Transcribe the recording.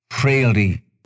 frailty